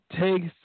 Takes